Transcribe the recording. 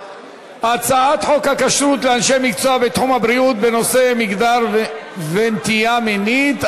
הצעת חוק הכשרות לאנשי מקצוע בתחום הבריאות בנושא מגדר ונטייה מינית,